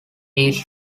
east